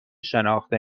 شناخته